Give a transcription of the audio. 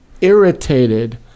irritated